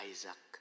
Isaac